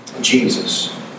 Jesus